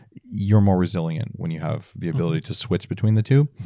you're more resilient when you have the ability to switch between the two